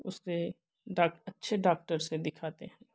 उसके डाक अच्छे डाक्टर से दिखाते हैं